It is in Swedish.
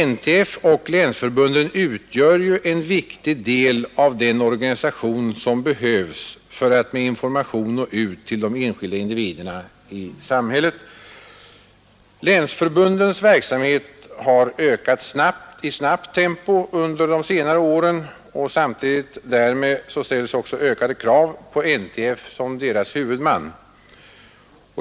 NTF och länsförbunden utgör en viktig del av den organisation som behövs för att nå ut med information till de enskilda individerna i samhället. Länsförbundens verksamhet har ökat i snabbt tempo under de senare åren, och samtidigt därmed ställs också ökade krav på NTF som deras huvudman.